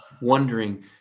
wondering